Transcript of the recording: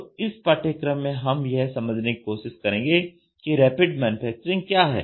तो इस पाठ्यक्रम में हम यह समझने की कोशिश करेंगे कि रैपिड मैन्युफैक्चरिंग क्या है